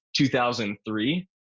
2003